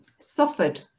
suffered